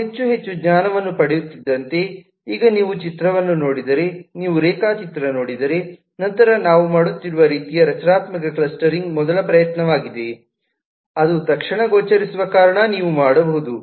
ನಾವು ಹೆಚ್ಚು ಹೆಚ್ಚು ಜ್ಞಾನವನ್ನು ಪಡೆದುಕೊಳ್ಳುತ್ತಿದ್ದಂತೆ ಈಗ ನೀವು ಚಿತ್ರವನ್ನು ನೋಡಿದರೆ ನೀವು ರೇಖಾಚಿತ್ರ ನೋಡಿದರೆ ನಂತರ ನಾವು ಮಾಡುತ್ತಿರುವ ರೀತಿಯ ರಚನಾತ್ಮಕ ಕ್ಲಸ್ಟರಿಂಗ್ ಮೊದಲ ಪ್ರಯತ್ನವಾಗಿದೆ ಅದು ತಕ್ಷಣ ಗೋಚರಿಸುವ ಕಾರಣ ನೀವು ಮಾಡಬಹುದು